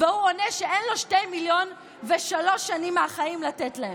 והוא עונה שאין לו 2 מיליון ושלוש שנים מהחיים לתת להם.